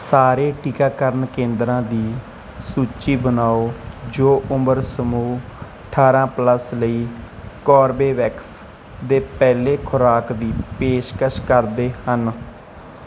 ਸਾਰੇ ਟੀਕਾਕਰਨ ਕੇਂਦਰਾਂ ਦੀ ਸੂਚੀ ਬਣਾਓ ਜੋ ਉਮਰ ਸਮੂਹ ਅਠਾਰਾਂ ਪਲੱਸ ਲਈ ਕੋਰਬੇਵੈਕਸ ਦੇ ਪਹਿਲੀ ਖੁਰਾਕ ਦੀ ਪੇਸ਼ਕਸ਼ ਕਰਦੇ ਹਨ